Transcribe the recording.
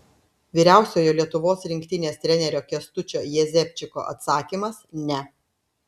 vyriausiojo lietuvos rinktinės trenerio kęstučio jezepčiko atsakymas ne